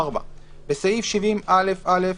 "(4)בסעיף 70א(א),